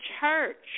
church